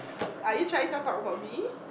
are you trying to talk about me